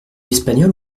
espagnol